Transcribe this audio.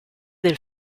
del